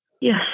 Yes